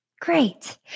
great